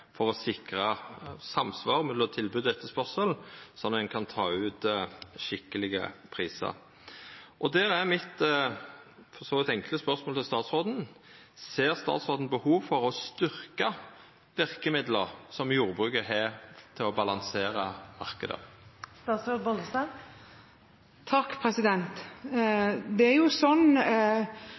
for å sikra samsvar mellom tilbod og etterspurnad, slik at ein kan ta ut skikkelege prisar. Då er mitt for så vidt enkle spørsmål til statsråden: Ser statsråden behov for å styrkja verkemidla som jordbruket har til å balansera